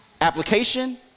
Application